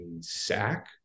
sack